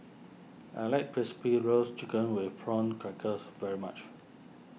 I like Crispy Roasted Chicken with Prawn Crackers very much